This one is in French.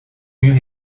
mur